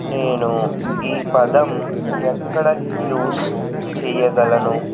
నేను ఈ పదం ఎక్కడ యూజ్ చెయ్యగలను